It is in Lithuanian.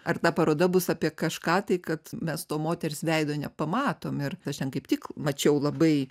ar ta paroda bus apie kažką tai kad mes to moters veido nepamatom ir aš ten kaip tik mačiau labai